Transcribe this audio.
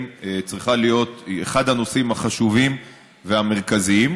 צריכה להיות אחד הנושאים החשובים והמרכזיים,